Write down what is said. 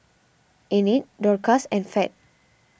Enid Dorcas and Fed